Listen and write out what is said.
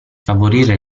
favorire